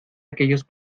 aquellos